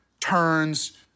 turns